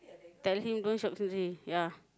tell him don't shiok sendiri ya